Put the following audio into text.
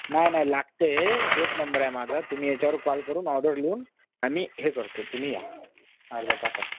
नाही नाही लागते हेच नंबर आहे माझा तुम्ही याच्यावर कॉल करून ऑर्डर लिहून आम्ही हे करतो तुम्ही या अर्धा तासात